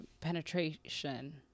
penetration